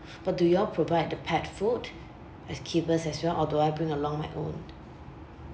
but do you all provide the pet food as keepers as well or do I bring along my own